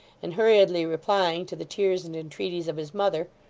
and hurriedly replying to the tears and entreaties of his mother,